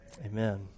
Amen